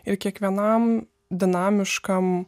ir kiekvienam dinamiškam